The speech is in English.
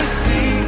see